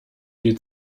die